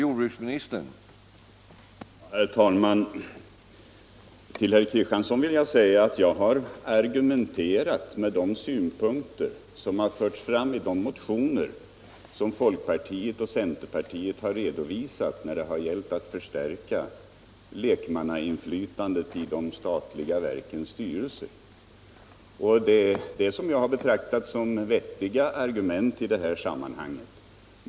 Herr talman! Till herr Kristiansson vill jag säga att jag har argumenterat med de synpunkter som förts fram i de motioner som folkpartiet och centerpartiet har redovisat när det gällt att förstärka lekmannainflytandet i de statliga verkens styrelser. Det har jag betraktat som vettiga argument i detta sammanhang.